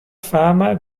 fama